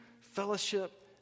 fellowship